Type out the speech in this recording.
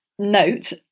Note